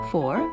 Four